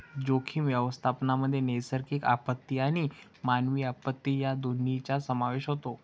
जोखीम व्यवस्थापनामध्ये नैसर्गिक आपत्ती आणि मानवी आपत्ती या दोन्हींचा समावेश होतो